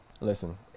Listen